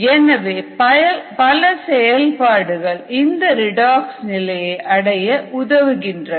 எனவே பல செயல்கள் இந்த ரெடாக்ஸ் நிலையை அடைய உதவுகின்றன